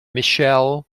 micheal